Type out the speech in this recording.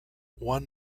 one